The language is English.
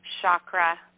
chakra